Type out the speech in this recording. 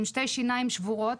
עם שתי שיניים שבורות,